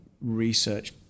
research